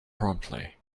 promptly